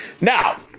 Now